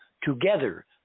together